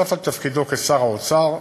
נוסף על תפקידו כשר האוצר,